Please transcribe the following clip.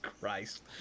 Christ